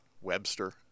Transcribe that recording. Webster